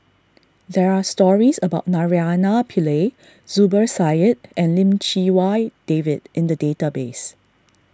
there are stories about Naraina Pillai Zubir Said and Lim Chee Wai David in the database